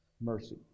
mercy